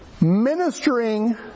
Ministering